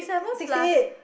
sixty eight